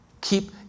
Keep